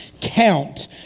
count